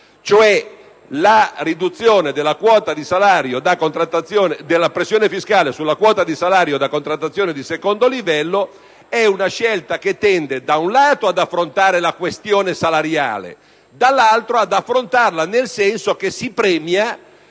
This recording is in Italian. La riduzione della pressione fiscale sulla quota di salario da contrattazione di secondo livello è infatti una scelta che tende, da un lato, ad affrontare la questione salariale, dall'altro, ad affrontarla nel senso che si premia